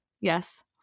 yes